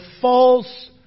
false